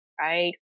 right